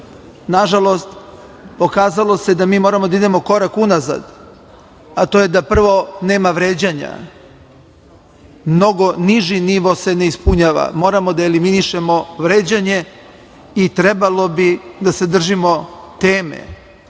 Nažalost pokazalo se da mi moramo da idemo korak unazad, a to je da prvo nema vređanja. Mnogo niži nivo se ne ispunjava. Moramo da eliminišemo vređanje i trebalo bi da se držimo teme.